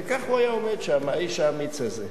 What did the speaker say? וכך הוא היה עומד שם, האיש האמיץ הזה.